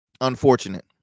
unfortunate